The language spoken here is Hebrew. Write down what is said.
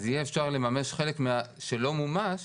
אז יהיה אפשר לממש חלק שלא מומש,